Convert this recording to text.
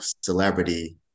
celebrity